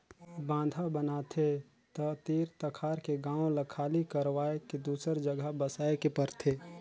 बांधा बनाथे त तीर तखार के गांव ल खाली करवाये के दूसर जघा बसाए के परथे